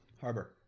harbor